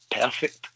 perfect